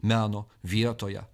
meno vietoje